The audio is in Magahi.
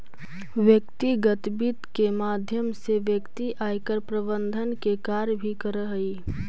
व्यक्तिगत वित्त के माध्यम से व्यक्ति आयकर प्रबंधन के कार्य भी करऽ हइ